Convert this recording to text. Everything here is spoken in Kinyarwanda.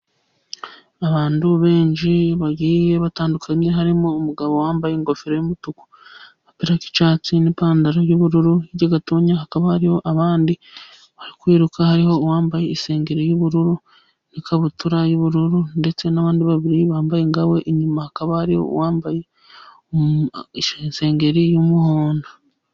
Abantu benshi bagiye batandukanye, harimo umugabo wambaye ingofero y'umutuku, agapira k' icyatsi n'ipantaro y'ubururu. Hirya gatoya hakaba hariho abandi bari kwiruka, hariho uwambaye isengeri y'ubururu n'ikabutura y'ubururu, ndetse n'abandi babiri bambaye nka we. Inyuma hakaba hariho uwambaye isengeri y'umuhondo.